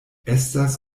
estas